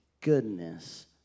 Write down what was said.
goodness